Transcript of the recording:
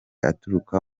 aturuka